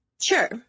Sure